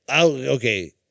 Okay